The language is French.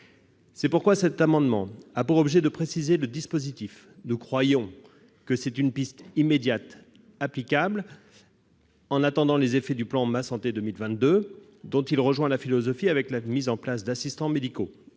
celle-ci. Cet amendement a donc pour objet de préciser le dispositif. Nous croyons qu'il y a là une piste immédiatement applicable, en attendant les effets du plan « Ma santé 2022 », dont il rejoint la philosophie, avec la mise en place d'assistants médicaux.